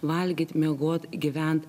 valgyt miegot gyvent